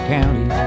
County